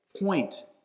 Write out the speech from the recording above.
point